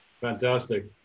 Fantastic